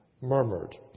Murmured